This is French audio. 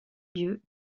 lieu